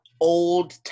old